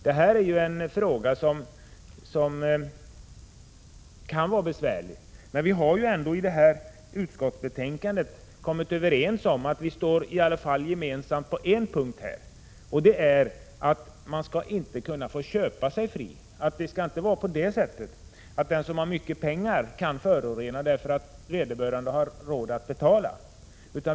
Det är en fråga som kan vara besvärlig. Vi har ändå i utskottet kommit överens härvidlag och står eniga på en punkt, och det är att man inte skall kunna köpa sig fri. Det skall inte få vara så, att den som har mycket pengar kan förorena därför att vederbörande har råd att betala.